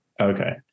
Okay